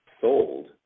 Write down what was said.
sold